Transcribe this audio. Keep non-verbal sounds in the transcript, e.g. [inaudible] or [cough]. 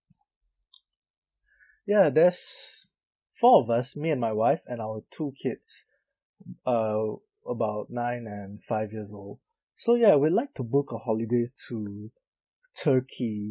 [breath] ya there's four of us me and my wife and our two kids uh about nine and five years old so ya we'd like to book a holiday to turkey